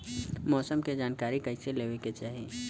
मौसम के जानकारी कईसे लेवे के चाही?